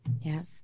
Yes